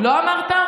גם את זה לא אמרתי.